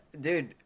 dude